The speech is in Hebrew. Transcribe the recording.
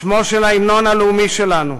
שמו של ההמנון הלאומי שלנו,